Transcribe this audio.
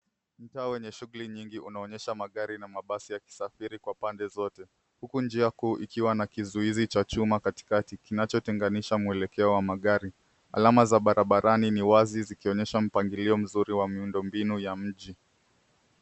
Mtaa wenye shughuli nyingi unaonyesha magari na mabasi yakisafiri kwa pande zote huku njia kuu ikiwa na kizuizi cha chuma katikati kinacho tenganisha mwelekeo wa magari. Alama za barabarani ni wazi zikionyesha mpangilio mzuri wa miundo mbinu ya mji.